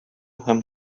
һәм